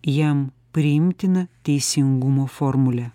jiem priimtiną teisingumo formulę